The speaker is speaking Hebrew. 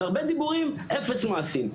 והרבה דיבורים אפס מעשים.